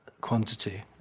quantity